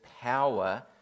power